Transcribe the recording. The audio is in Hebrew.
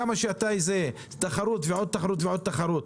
כמה שתעשה תחרות ועוד תחרות ועוד תחרות.